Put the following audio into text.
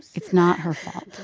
it's not her fault.